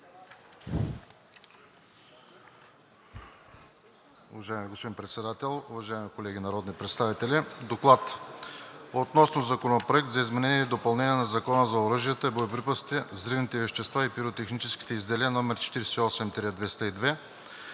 Уважаеми господин Председател, уважаеми колеги народни представители! „ДОКЛАД относно Законопроект за изменение и допълнение на Закона за оръжията, боеприпасите, взривните вещества и пиротехническите изделия, №